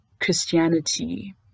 Christianity